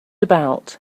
about